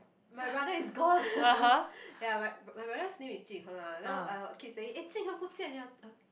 my brother is gone ya my my brother's name is jun hen ah then I I keep saying eh jun hen 不见 liao uh